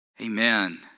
Amen